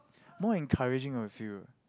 more encouraging of you